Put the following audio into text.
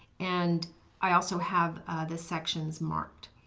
and i also have the sections marked.